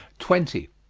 twenty.